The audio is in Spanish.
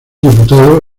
diputado